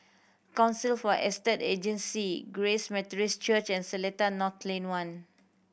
Council for Estate Agency Grace Methodist Church and Seletar North Lane One